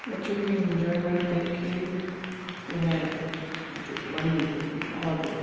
بچوں کی انجوائیمنٹ دیکھ کے جو ہے جو من بہت